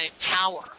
power